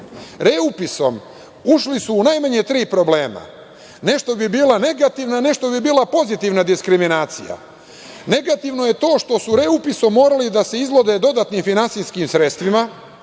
Reupisom ušli su u najmanje tri problema, nešto bi bila negativna, nešto pozitivna diskriminacija. Negativno je to što su reupisom morali da se izlože dodatnim finansijskim sredstvima,